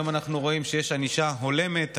היום אנחנו רואים שיש ענישה הולמת,